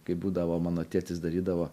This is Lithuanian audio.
kaip būdavo mano tėtis darydavo